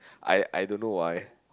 I I don't know why